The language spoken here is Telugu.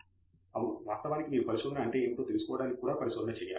తంగిరాల అవును వాస్తవానికి మీరు పరిశోధన అంటే ఏమిటో తెలుసుకోవడానికి కూడా పరిశోధన చేయాలి